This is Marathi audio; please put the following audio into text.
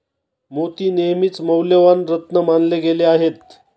मोती नेहमीच मौल्यवान रत्न मानले गेले आहेत